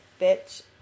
bitch